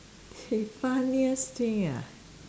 the funniest thing ah